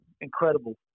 incredible